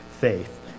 faith